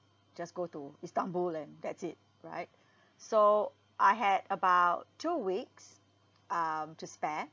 just go to istanbul and that's it right so I had about two weeks um to spare